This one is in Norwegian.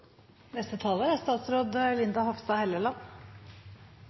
Neste taler er statsråd